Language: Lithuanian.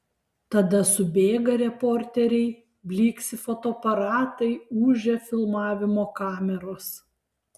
tada subėga reporteriai blyksi fotoaparatai ūžia filmavimo kameros